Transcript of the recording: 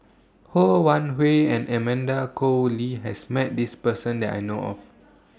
Ho Wan Hui and Amanda Koe Lee has Met This Person that I know of